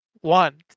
one